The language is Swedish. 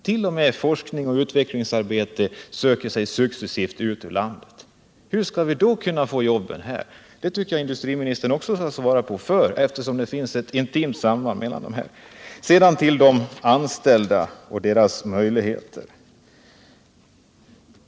T. o. m. forskning och utvecklingsarbete söker sig successivt ut ur landet. Hur skall vi då kunna få våra jobb här? Jag tycker att industriministern skall svara också på detta, eftersom det finns ett intimt samband mellan dessa frågor. Sedan till de anställda och deras möjligheter.